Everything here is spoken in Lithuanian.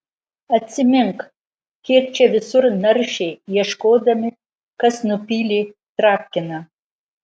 atsimink kiek čia visur naršė ieškodami kas nupylė travkiną